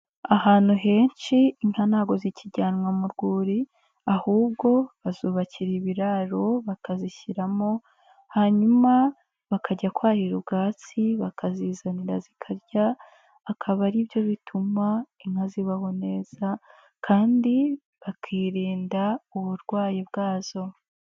Ahantu henshi inka ntabwo zikijyanwa mu rwuri ahubwo bazubakira ibiraro bakazishyiramo hanyuma bakajya kwahira ubwatsi bakazizanira zikarya, akaba ari byo bituma inka zibaho neza kandi bakirinda uburwayi bwazo.